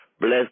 Bless